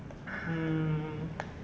mm